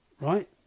right